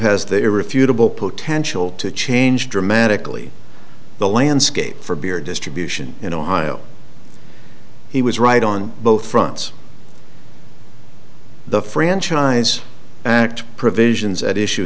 has the irrefutable potential to change dramatically the landscape for beer distribution in ohio he was right on both fronts the franchise act provisions at issue